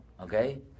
Okay